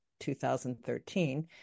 2013